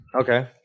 Okay